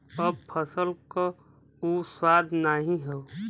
अब फसल क उ स्वाद नाही हौ